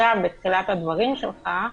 עכשיו בתחילת הדברים שלך,